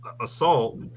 assault